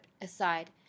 aside